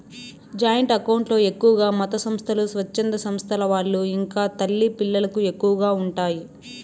joint account లో ఎక్కువగా మతసంస్థలు, స్వచ్ఛంద సంస్థల వాళ్ళు ఇంకా తల్లి పిల్లలకు ఎక్కువగా ఉంటాయి